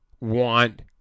want